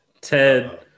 Ted